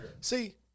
see